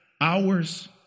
hours